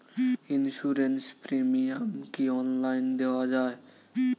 Insurance premium কি online দেওয়া যায়?